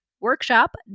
workshop